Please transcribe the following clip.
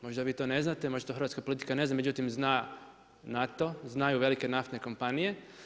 Možda vi to ne znate, možda to hrvatska politika ne zna, međutim zna NATO, znaju velike naftne kompanije.